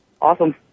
Awesome